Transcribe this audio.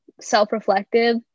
self-reflective